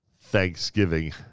Thanksgiving